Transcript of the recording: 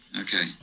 Okay